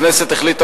הכנסת החליטה